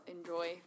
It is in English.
enjoy